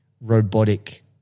robotic